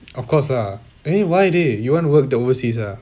of course lah eh why dey you want worked the overseas ah